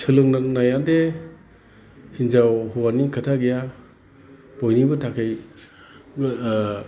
सोलोंनाया जे हिनजाव हौवानि खोथा गैया बयनिबो थाखाय